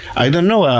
i don't know,